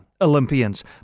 Olympians